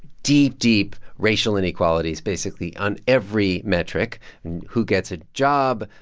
deep, deep racial inequalities basically on every metric who gets a job,